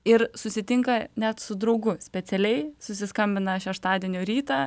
ir susitinka net su draugu specialiai susiskambina šeštadienio rytą